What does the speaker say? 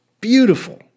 beautiful